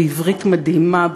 בעברית מדהימה,